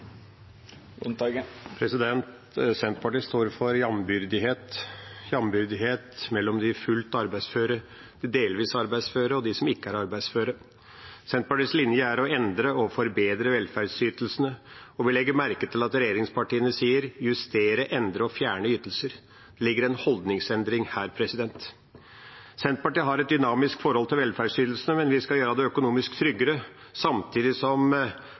det. Senterpartiet står for jambyrdighet – jambyrdighet mellom de fullt ut arbeidsføre, de delvis arbeidsføre, og de som ikke er arbeidsføre. Senterpartiets linje er å endre og forbedre velferdsytelsene, og vi legger merke til at regjeringspartiene sier «justere, endre og fjerne ytelser». Det ligger en holdningsendring her. Senterpartiet har et dynamisk forhold til velferdsytelsene, men vi skal gjøre det økonomisk tryggere, samtidig som